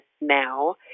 now